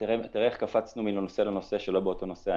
תראה איך קפצנו מנושא לנושא שלא באותו נושא.